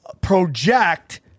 project